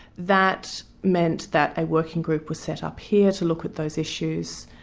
that meant that a working group was set up here to look at those issues.